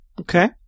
Okay